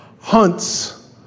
hunts